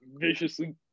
viciously